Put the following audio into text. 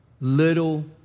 little